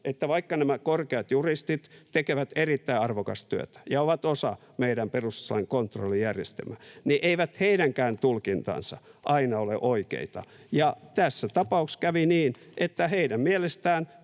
että vaikka nämä korkeat juristit tekevät erittäin arvokasta työtä ja ovat osa meidän perustuslain kontrollijärjestelmää, niin eivät heidänkään tulkintansa aina ole oikeita. Ja tässä tapauksessa kävi niin, että heidän mielestään